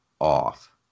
off